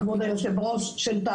גברתי היושבת-ראש.